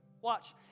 Watch